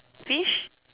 fish